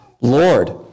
Lord